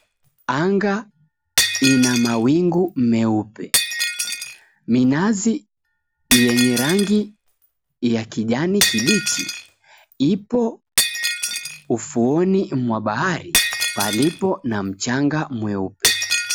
Anga ina mawingu meupe. Minazi yenye rangi ya kijani kibichi ipo ufuoni mwa bahari palipo na mchanga mweupe.